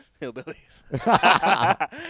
Hillbillies